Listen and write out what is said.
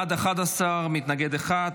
בעד, 11, מתנגד אחד.